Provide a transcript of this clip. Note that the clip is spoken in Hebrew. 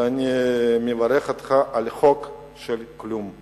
ואני מברך אותך על חוק של כלום.